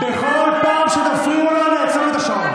בכל פעם שתפריעו לו אני אעצור את השעון.